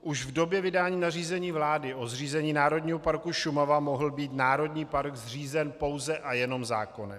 Už v době vydání nařízení vlády o zřízení Národního parku Šumava mohl být národní park zřízen pouze a jenom zákonem.